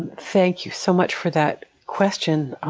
and thank you so much for that question.